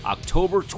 October